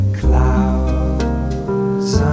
clouds